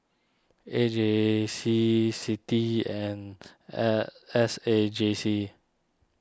A J C Citi and S A J C